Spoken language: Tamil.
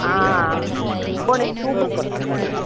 ஆ